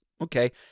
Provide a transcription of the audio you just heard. okay